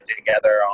together